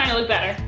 look better.